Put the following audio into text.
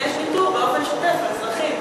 יש ניטור באופן שוטף לאזרחים?